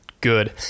good